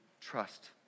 trust